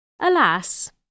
Alas